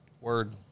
word